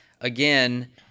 again